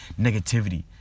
negativity